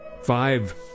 five